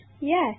Yes